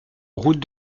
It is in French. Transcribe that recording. route